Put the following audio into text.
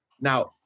Now